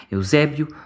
Eusébio